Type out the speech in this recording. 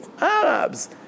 Arabs